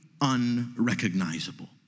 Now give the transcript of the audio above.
unrecognizable